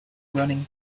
running